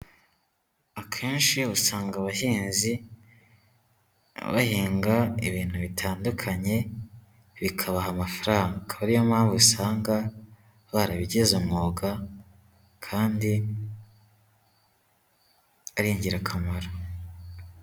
Akenshi usanga abahinzi, bahinga ibintu bitandukanye bikabaha amafaranga, ariyo mpamvu usanga barabigize umwuga kandi ari ingirakamaro.